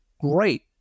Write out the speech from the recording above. Great